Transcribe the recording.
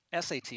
SAT